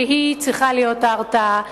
שהיא צריכה להיות מרתיעה,